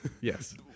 Yes